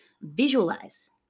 Visualize